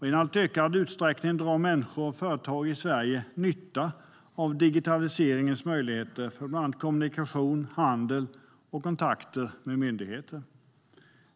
I en allt ökande utsträckning drar människor och företag i Sverige nytta av digitaliseringens möjligheter för bland annat kommunikation, handel och kontakter med myndigheter.